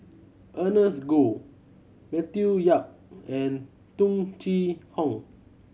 Ernest Goh Matthew Yap and Tung Chye Hong